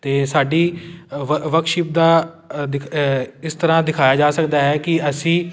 ਅਤੇ ਸਾਡੀ ਵ ਵਕਸ਼ਿਪ ਦਾ ਇਸ ਤਰ੍ਹਾਂ ਦਿਖਾਇਆ ਜਾ ਸਕਦਾ ਹੈ ਕਿ ਅਸੀਂ